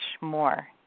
more